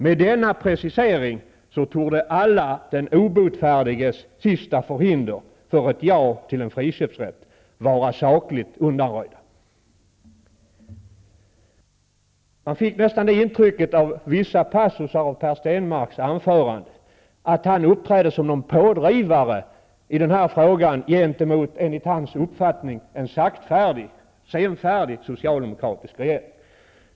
Med denna precisering torde alla den obotfärdiges sista förhinder för ett ja till en friköpsrätt vara sakligt undanröjda. Man fick nästan det intrycket av vissa passusar i Per Stenmarcks anförande att han uppträder som pådrivare i denna fråga gentemot, enligt hans egen uppfattning, en senfärdig socialdemokratisk regering.